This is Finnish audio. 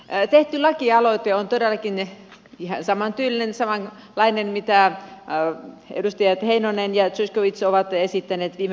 tehty lakialoite on todellakin ihan samantyylinen samanlainen kuin edustajat heinonen ja zyskowicz ovat esittäneet viime vuoden marraskuussa